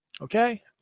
Okay